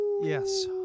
Yes